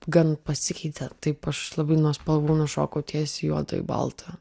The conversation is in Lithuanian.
gan pasikeitė taip aš labai nuo spalvų nušokau ties juodai balta